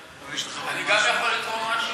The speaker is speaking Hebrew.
אני גם יכול לתרום משהו?